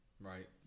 Right